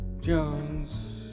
Jones